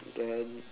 then